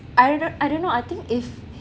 I don't know I don't know I think if